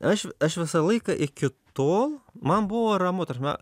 aš aš visą laiką iki tol man buvo ramu ta rsme